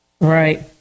Right